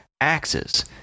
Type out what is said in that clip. axes